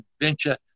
adventure